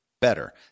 better